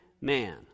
man